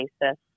basis